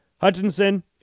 Hutchinson